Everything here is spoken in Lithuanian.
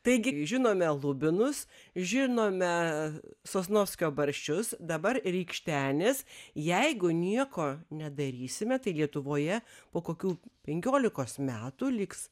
taigi žinome lubinus žinome sosnovskio barščius dabar rykštenės jeigu nieko nedarysime tai lietuvoje po kokių penkiolikos metų liks